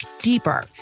deeper